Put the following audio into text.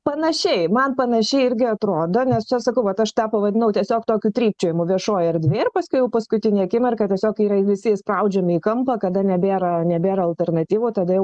panašiai man panašiai irgi atrodo nes čia sakau vat aš tą pavadinau tiesiog tokiu trypčiojimu viešoj erdvėj ir paskui paskutinę akimirką tiesiog yra visi spraudžiami į kampą kada nebėra nebėra alternatyvų tada jau